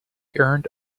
earned